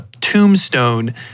tombstone